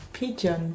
Pigeon